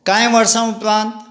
कांय वर्सां उपरांत